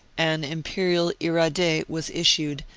an imperial iradeh was issued,